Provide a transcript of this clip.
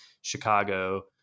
Chicago